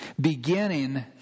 Beginning